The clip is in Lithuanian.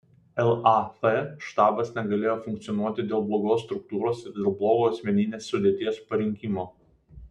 laf štabas negalėjo funkcionuoti dėl blogos struktūros ir dėl blogo asmeninės sudėties parinkimo